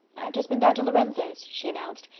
i've just been down to lorenzo's, she announced.